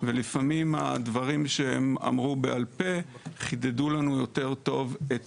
ולפעמים הדברים שהם אמרו בעל-פה חידדו לנו יותר טוב את